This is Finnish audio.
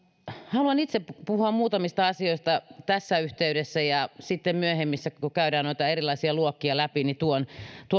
haluan itse puhua muutamista asioista tässä yhteydessä ja sitten myöhemmin kun käydään erilaisia luokkia läpi tuon